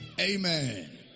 Amen